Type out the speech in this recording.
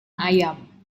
ayam